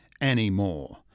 anymore